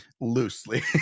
Loosely